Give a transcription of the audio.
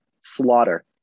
slaughter